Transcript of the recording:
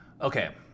Okay